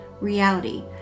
reality